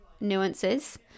nuances